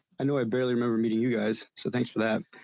i know. i barely remember meeting you guys. so thanks for that.